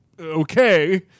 Okay